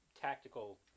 tactical